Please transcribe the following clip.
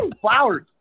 Flowers